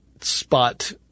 spot